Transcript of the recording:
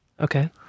Okay